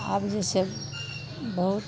आब जे छै बहुत